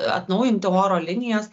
atnaujinti oro linijas